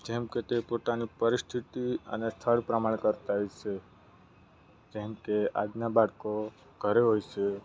જેમ કે તે પોતાની પરિસ્થિતિ અને સ્થળ પ્રમાણે કરતા હોય છે જેમ કે આજના બાળકો ઘરે હોય છે